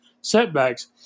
setbacks